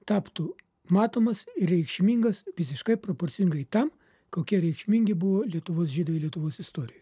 taptų matomas ir reikšmingas visiškai proporcingai tam kokie reikšmingi buvo lietuvos žydai lietuvos istorijoj